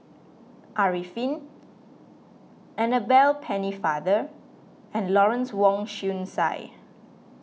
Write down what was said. Arifin Annabel Pennefather and Lawrence Wong Shyun Tsai